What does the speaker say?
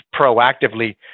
proactively